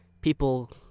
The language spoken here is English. People